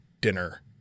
dinner